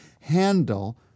handle